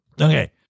Okay